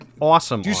awesome